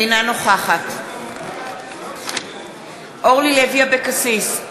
אינה נוכחת אורלי לוי אבקסיס,